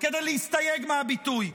כדי להסתייג מהביטוי.